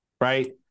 right